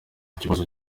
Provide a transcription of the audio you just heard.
ikibazo